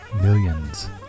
millions